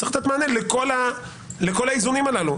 צריך לתת מענה לכל האיזונים הללו.